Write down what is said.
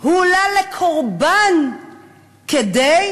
הועלתה קורבן כדי